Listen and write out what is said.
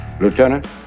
Lieutenant